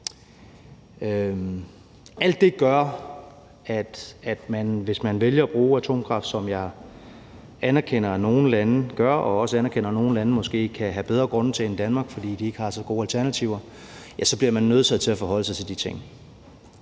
Alt det gør, at hvis man vælger at bruge atomkraft, som jeg anerkender at nogle lande gør og også anerkender at nogle lande måske kan have bedre grunde til at gøre end Danmark, fordi de ikke har så gode alternativer, ja, så bliver man nødsaget til at forholde sig til de ting.